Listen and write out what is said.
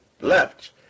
left